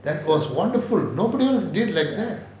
that was wonderful nobody else did like that